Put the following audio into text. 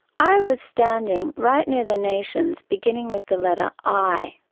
i was standing right near the nations beginning with the letter i.